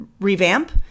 revamp